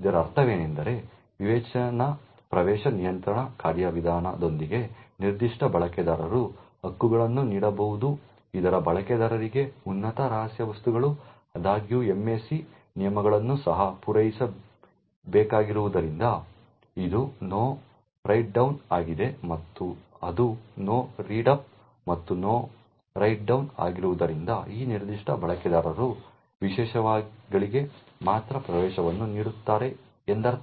ಇದರ ಅರ್ಥವೇನೆಂದರೆ ವಿವೇಚನಾ ಪ್ರವೇಶ ನಿಯಂತ್ರಣ ಕಾರ್ಯವಿಧಾನದೊಂದಿಗೆ ನಿರ್ದಿಷ್ಟ ಬಳಕೆದಾರರು ಹಕ್ಕುಗಳನ್ನು ನೀಡಬಹುದು ಇತರ ಬಳಕೆದಾರರಿಗೆ ಉನ್ನತ ರಹಸ್ಯ ವಸ್ತುಗಳು ಆದಾಗ್ಯೂ MAC ನಿಯಮಗಳನ್ನು ಸಹ ಪೂರೈಸಬೇಕಾಗಿರುವುದರಿಂದ ಅದು ನೋ ರೈಟ್ ಡೌನ್ ಆಗಿದೆ ಮತ್ತು ಅದು ನೋ ರೀಡ್ ಅಪ್ ಮತ್ತು ನೋ ರೈಟ್ ಡೌನ್ ಆಗಿರುವುದರಿಂದ ಈ ನಿರ್ದಿಷ್ಟ ಬಳಕೆದಾರರು ವಿಷಯಗಳಿಗೆ ಮಾತ್ರ ಪ್ರವೇಶವನ್ನು ನೀಡುತ್ತಾರೆ ಎಂದರ್ಥ